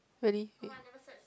really